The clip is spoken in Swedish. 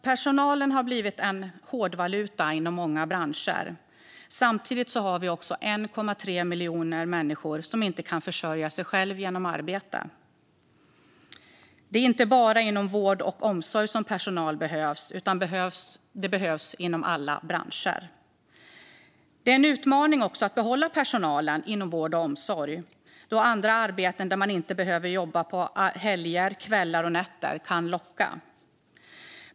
Personalen har blivit hårdvaluta inom många branscher. Samtidigt finns det 1,3 miljoner människor som inte kan försörja sig själva genom att arbeta. Det är inte bara inom vård och omsorg som det behövs personal, utan det behövs inom alla branscher. Det är dessutom en utmaning att behålla personalen inom vård och omsorg, då andra arbeten där man inte behöver jobba på helger, kvällar och nätter kan locka.